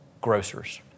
grocers